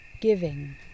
Giving